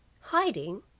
Hiding